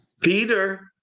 Peter